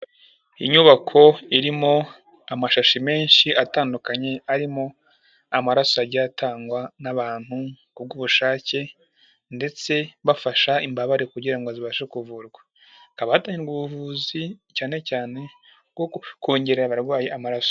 Inyubako irimo amashashi menshi atandukanye arimo amaraso yagiye atangwa n'abantu ku bw'ubushake ndetse bafasha imbabare kugira ngo zibashe kuvurwa, hakaba hatangirwa ubuvuzi cyane cyane bwo kongerera abarwayi amaraso.